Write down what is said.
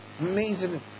amazing